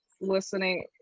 listening